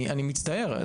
אני מצטער.